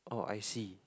oh I see